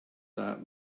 that